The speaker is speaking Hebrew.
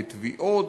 בתביעות,